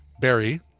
Barry